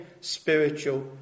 spiritual